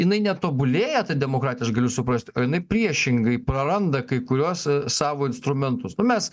jinai netobulėja ta demokratija aš galiu suprast o jinai priešingai praranda kai kuriuos savo instrumentus nu mes